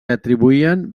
atribuïen